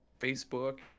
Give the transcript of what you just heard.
Facebook